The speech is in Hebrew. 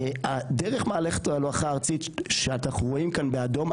דרך מערכת ההולכה הארצית שאנחנו רואים כאן באדום,